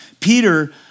Peter